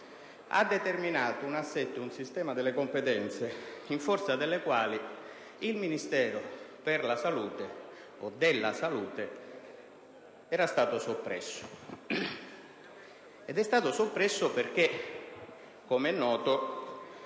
ha determinato un assetto e un sistema delle competenze in forza dei quali il Ministero per la salute, o della salute, era stato soppresso. Esso era stato soppresso perché, come è noto,